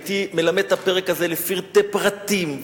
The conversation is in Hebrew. הייתי מלמד את הפרק הזה לפרטי פרטים,